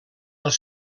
els